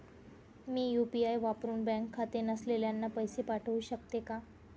मी UPI वापरुन bank खाते नसलेल्यांना पैसे पाठवू शकते का?